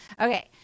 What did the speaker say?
Okay